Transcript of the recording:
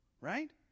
right